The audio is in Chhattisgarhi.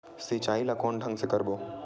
सिंचाई ल कोन ढंग से करबो?